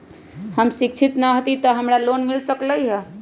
हम शिक्षित न हाति तयो हमरा लोन मिल सकलई ह?